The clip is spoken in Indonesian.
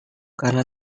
karena